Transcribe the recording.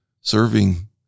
serving